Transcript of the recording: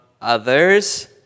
others